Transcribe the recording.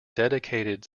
dedicated